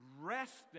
resting